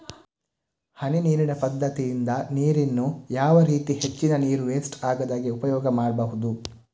ಹನಿ ನೀರಿನ ಪದ್ಧತಿಯಿಂದ ನೀರಿನ್ನು ಯಾವ ರೀತಿ ಹೆಚ್ಚಿನ ನೀರು ವೆಸ್ಟ್ ಆಗದಾಗೆ ಉಪಯೋಗ ಮಾಡ್ಬಹುದು?